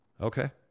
Okay